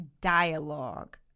dialogue